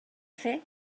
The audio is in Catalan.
fer